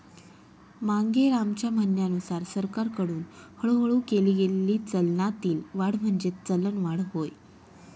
मांगेरामच्या म्हणण्यानुसार सरकारकडून हळूहळू केली गेलेली चलनातील वाढ म्हणजेच चलनवाढ होय